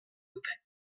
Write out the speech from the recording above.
dute